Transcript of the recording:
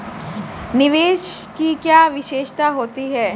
निवेश की क्या विशेषता होती है?